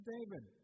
David